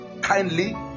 kindly